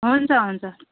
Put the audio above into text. हुन्छ हुन्छ